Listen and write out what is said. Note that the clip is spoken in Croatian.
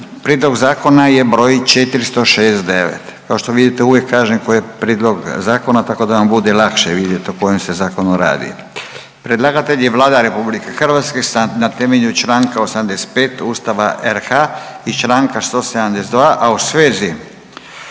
čitanje, P.Z.E. br. 469 Kao što vidite uvijek kažem koji je prijedlog zakona tako da vam bude lakše vidjet o kojem se zakonu radi. Predlagatelj je Vlada RH na temelju čl. 85. Ustava RH i čl. 172., a u svezi